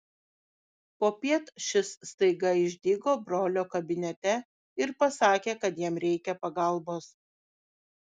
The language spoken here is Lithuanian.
popiet šis staiga išdygo brolio kabinete ir pasakė kad jam reikia pagalbos